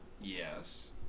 yes